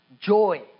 joy